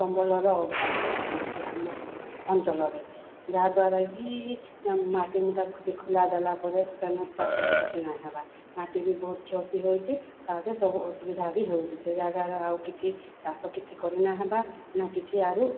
ସମ୍ବଳର ଅଭାବ ହେଉଛି ବହୁତ ହି ଆମ ଅଞ୍ଚଳରେ ଯାହାଦ୍ଵାରାକି ମାଟି ମୁଟା ଖୋଲି ଖୁଲା ଦେଲା ପରେ ସେନେ ଚାଷ କିଛି ନାହିଁ ହେବା ମାଟି ବି ବହୁତ କ୍ଷତି ହେଉଛି ସବୁ ଅସୁବିଧା ବି ହେଉଛି ସେ ଜାଗାର ଆଉ କିଛି ଚାଷ କିଛି କରି ନାହିଁ ହେବା ନା କିଛି ଆରୁ